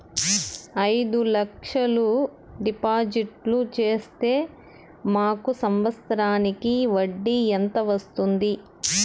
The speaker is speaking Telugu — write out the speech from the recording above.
అయిదు లక్షలు డిపాజిట్లు సేస్తే మాకు సంవత్సరానికి వడ్డీ ఎంత వస్తుంది?